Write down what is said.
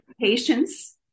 patience